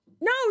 No